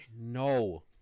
No